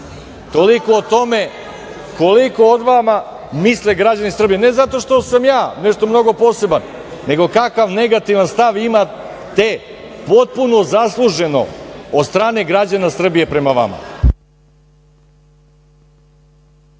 Toliko o tome koliko o vama misle građani Srbije ne zato što sam ja nešto mnogo poseban, nego kakav negativan stav imate potpuno zasluženo od strane građana Srbije prema vama.